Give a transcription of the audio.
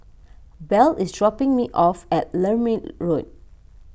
Bell is dropping me off at Lermit Road